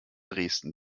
dresden